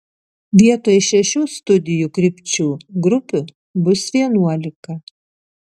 vietoj šešių studijų krypčių grupių bus vienuolika